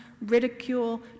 ridicule